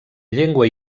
llengua